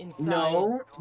No